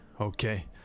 okay